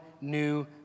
new